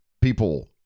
people